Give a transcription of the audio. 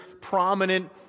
prominent